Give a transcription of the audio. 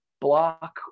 block